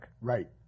right